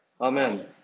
Amen